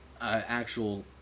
actual